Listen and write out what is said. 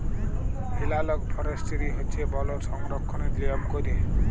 এলালগ forestry হছে বল সংরক্ষলের লিয়ম ক্যইরে